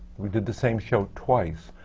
we did the same show twice,